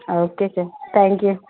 okay sir thank you